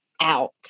out